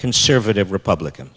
conservative republican